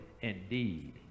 indeed